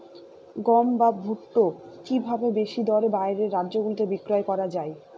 গম বা ভুট্ট কি ভাবে বেশি দরে বাইরের রাজ্যগুলিতে বিক্রয় করা য়ায়?